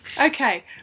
Okay